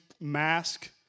mask